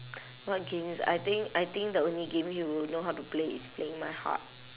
what games I think I think the only game he would know how to play is playing my heart